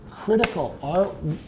Critical